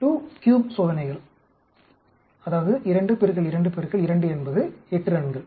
23 சோதனைகள் அதாவது 2 2 2 என்பது 8 ரன்கள்